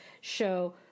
show